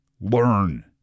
learn